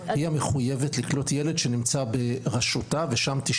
היא מחויבת לקלוט ילד שנמצא ברשותה ושם 90